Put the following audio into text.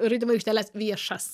žaidimų aikšteles viešas